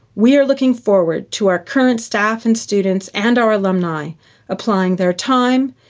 we are looking forward to our current staff and students and our alumni applying their time,